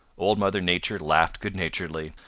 old mother nature laughed good-naturedly.